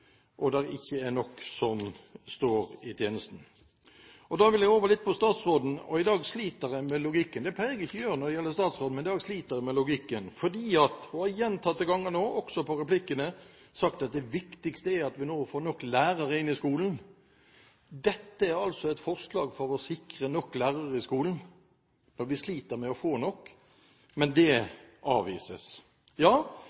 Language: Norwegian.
og der det ikke er nok lærere som står i tjenesten. Da vil jeg litt over til statsråden. I dag sliter jeg med logikken – det pleier jeg ikke å gjøre når det gjelder statsråden – fordi hun gjentatte ganger, også i replikkene, har sagt at det viktigste er at vi nå får nok lærere inn i skolen. Dette er altså et forslag for å sikre nok lærere i skolen, når vi sliter med å få nok, men det